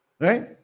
Right